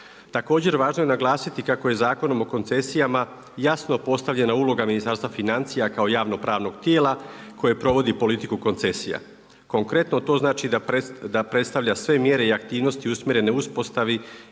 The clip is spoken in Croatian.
Također važno je naglasiti kako je Zakonom o koncesijama jasno postavljena uloga Ministarstva financija kao javno pravnog tijela, koje provodi politika koncesija. Konkretno to znači da predstavlja sve mjere i aktivnosti i usmjerene uspostavi